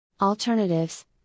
Alternatives